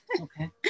Okay